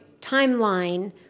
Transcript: timeline